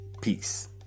Peace